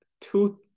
two